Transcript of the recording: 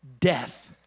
death